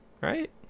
Right